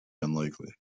unlikely